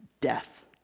death